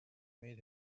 made